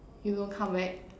you don't come back